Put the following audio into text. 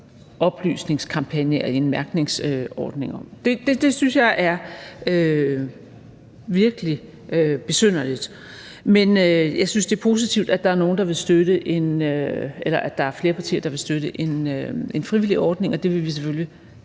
oplysningskampagne eller en mærkningsordning. Det synes jeg er virkelig besynderligt. Men jeg synes, det er positivt, at der er flere partier, der vil støtte en frivillig ordning, og det vil vi selvfølgelig